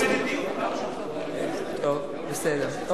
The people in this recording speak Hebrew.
טוב, בסדר.